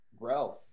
Grow